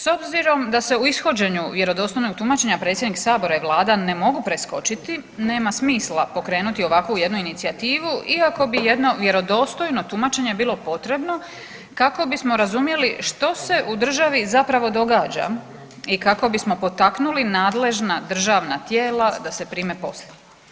S obzirom da se u ishođenju vjerodostojnog tumačenja predsjednik Sabora i Vlada ne mogu preskočiti, nema smisla pokrenuti ovakvu jednu inicijativu iako bi jedno vjerodostojno tumačenje bilo potrebno kako bismo razumjeli što se u državi zapravo događa i kako bismo potaknuli nadležna državna tijela da se prime posla.